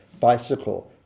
bicycle